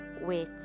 Wait